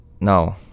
No